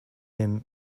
him